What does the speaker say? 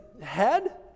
head